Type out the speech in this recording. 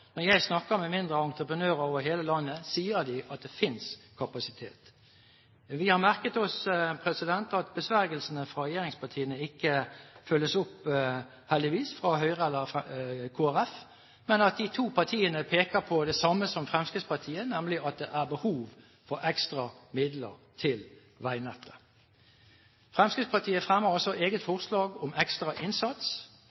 Når jeg snakker med mindre entreprenører over hele landet, sier de at det finnes kapasitet. Vi har merket oss at besvergelsene fra regjeringspartiene ikke følges opp, heldigvis, av Høyre eller Kristelig Folkeparti, men at de to partiene peker på det samme som Fremskrittspartiet, nemlig at det er behov for ekstra midler til veinettet. Fremskrittspartiet fremmer altså eget